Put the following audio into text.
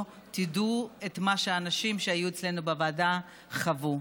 תדעו את מה שהאנשים שהיו אצלנו בוועדה חוו.